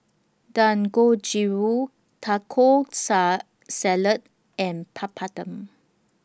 Dangojiru Taco Sa Salad and Papadum